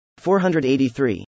483